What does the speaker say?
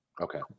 okay